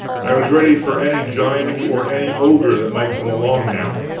i was ready for any giant or any ogre that might come along, now.